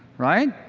right?